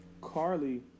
Carly